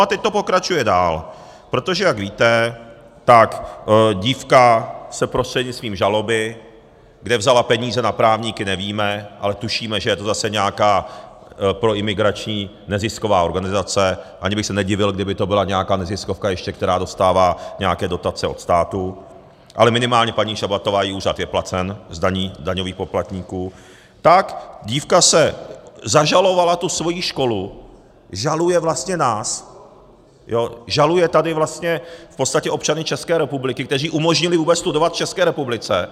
A teď to pokračuje dál, protože jak víte, ta dívka se prostřednictví žaloby kde vzala peníze na právníky, nevíme, ale tušíme, že je to zase nějaká proimigrační nezisková organizace, ani bych se nedivil, kdyby to byla nějaká neziskovka, která ještě dostává nějaké dotace od státu, ale minimálně paní Šabatová a její úřad je placen z daní daňových poplatníků tak ta dívka zažalovala svoji školu, žaluje vlastně nás, žaluje tady vlastně v podstatě občany České republiky, kteří jí umožnili vůbec studovat v České republice.